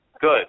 Good